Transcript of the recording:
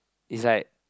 it's like